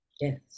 Yes